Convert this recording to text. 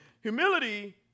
Humility